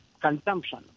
consumption